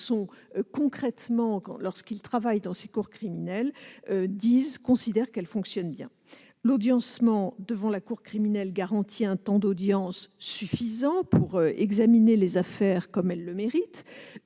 concrètement dans ces juridictions considèrent qu'elles fonctionnent bien. L'audiencement devant la cour criminelle garantit un temps d'audience suffisant pour examiner les affaires comme elles le méritent,